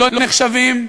לא נחשבות.